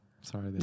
sorry